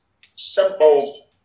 simple